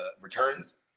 returns